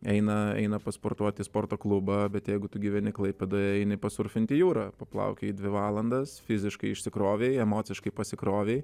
eina eina pasportuoti į sporto klubą bet jeigu tu gyveni klaipėdoje eini pasurfinti į jūrą paplaukioji dvi valandas fiziškai išsikrovei emociškai pasikrovei